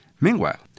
Meanwhile